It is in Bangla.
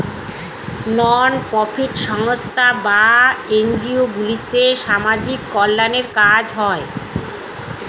নন প্রফিট সংস্থা বা এনজিও গুলোতে সামাজিক কল্যাণের কাজ হয়